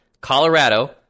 Colorado